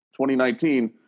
2019